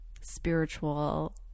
spiritual